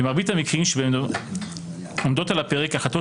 במרבית המקרים שבהם עומדות על הפרק החלטות